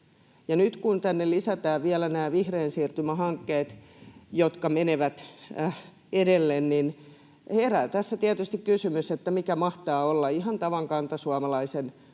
nyt kun tänne lisätään vielä nämä vihreän siirtymän hankkeet, jotka menevät edelle, niin tässä herää tietysti kysymys, mikä mahtaa olla ihan tavan kantasuomalaisen